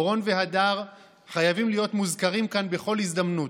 אורון והדר חייבים להיות מוזכרים כאן בכל הזדמנות,